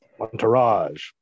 Entourage